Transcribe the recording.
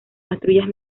patrullas